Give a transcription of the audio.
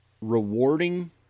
rewarding